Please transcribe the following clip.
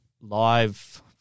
live